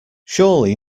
surely